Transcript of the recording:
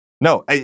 No